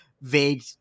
vague